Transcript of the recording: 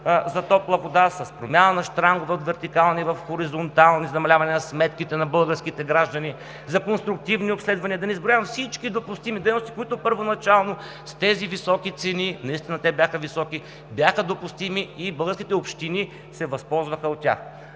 за топла вода, с промяна на щрангове от вертикални в хоризонтални, за намаляване на сметките на българските граждани, за конструктивни обследвания, да не изброявам всички допустими дейности, които първоначално с тези високи цени, наистина те бяха високи, бяха допустими и българските общини се възползваха от тях.